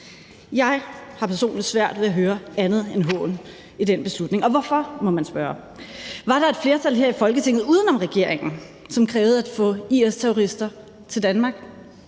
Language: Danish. Jeg har personligt svært ved at høre andet end hån i den beslutning. Og man må spørge: Hvorfor? Var der et flertal her i Folketinget, uden om regeringen, som krævede at få IS-terrorister til Danmark?